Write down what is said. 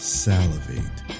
salivate